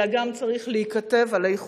אלא גם צריך להיכתב עָלֵי חוקה.